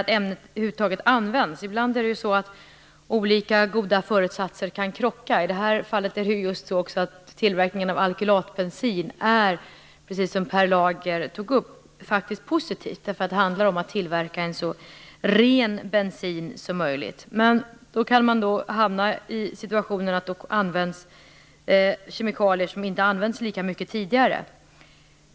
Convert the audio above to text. att ämnet över huvud taget används. Ibland kan olika goda förutsatser krocka. I detta fall är tillverkningen av alkylatbensin, precis som Per Lager tog upp, faktiskt positiv. Det handlar om att tillverka en så ren bensin som möjligt. Men då kan man hamna i situationen att man använder kemikalier som inte använts lika mycket tidigare.